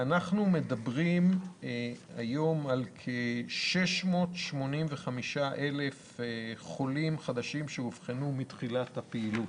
אנחנו מדברים היום על כ-685,000 חולים חדשים שאובחנו מתחילת הפעילות.